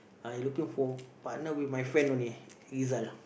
I looking for partner with my friend only Rizal